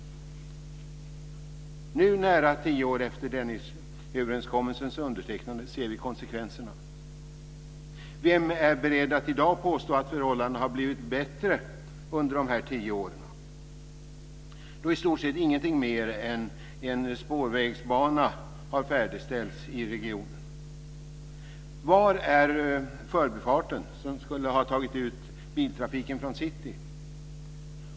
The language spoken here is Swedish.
Nu nära tio år efter Dennisöverenskommelsens undertecknande ser vi konsekvenserna. Vem är beredd att i dag påstå att förhållandena har blivit bättre under dessa tio år, då i stort sett ingenting mer än en spårvägsbana har färdigställts i regionen? Var är förbifarterna som skulle ha tagit ut biltrafiken från city?